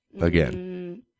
again